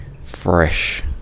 fresh